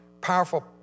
powerful